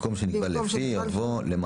במקום "שנקבע לפי" יבוא "חדש,